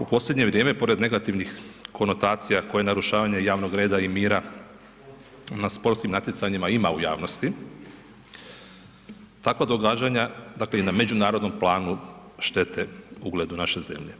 U posljednje vrijeme pored negativnih konotacija koje narušavanje javnog reda i mira na sportskim natjecanjima ima u javnosti, takva događanja, dakle i na međunarodnom planu štete ugledu naše zemlje.